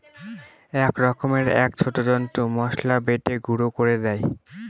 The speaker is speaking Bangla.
এক রকমের ছোট এক যন্ত্র মসলা বেটে গুঁড়ো করে দেয়